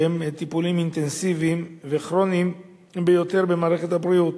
שהם טיפולים כרוניים ואינטנסיביים ביותר במערכת הבריאות,